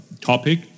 topic